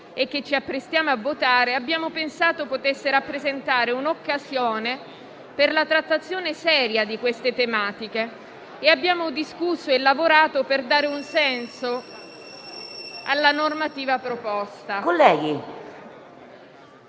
che ci apprestiamo a convertire, abbiamo pensato che potesse rappresentare un'occasione per la trattazione seria di queste tematiche e abbiamo discusso e lavorato per dare un senso alla normativa proposta.